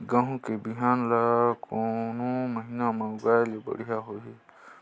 गहूं के बिहान ल कोने महीना म लगाय ले बढ़िया होही?